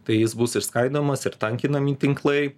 tai jis bus išskaidomas ir tankinami tinklai